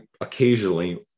occasionally